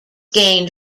gained